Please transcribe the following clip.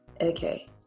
okay